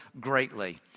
greatly